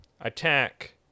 attack